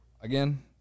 again